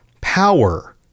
power